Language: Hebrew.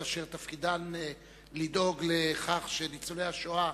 אשר תפקידן לדאוג לכך שניצולי השואה